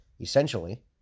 essentially